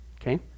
okay